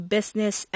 Business